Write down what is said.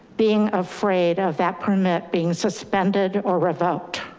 being afraid of that permit being suspended or revoked.